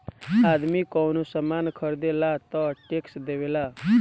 आदमी कवनो सामान ख़रीदेला तऽ टैक्स देवेला